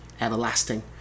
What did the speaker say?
everlasting